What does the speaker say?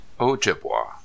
Ojibwa